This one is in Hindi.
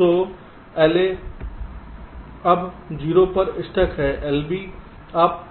तो LA अब 0 पर स्टक है LB आप